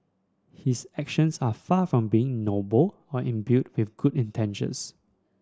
his actions are far from being noble or imbued with good intentions